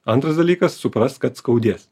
antras dalykas suprast kad skaudės